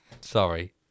Sorry